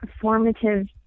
formative